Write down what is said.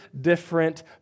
different